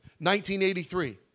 1983